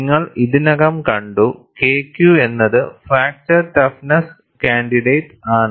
നിങ്ങൾ ഇതിനകം കണ്ടുKQ എന്നത് ഫ്രാക്ചർ ടഫ്നെസ്സ് ക്യാൻഡിഡേറ്റ് ആണ്